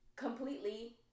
completely